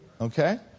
Okay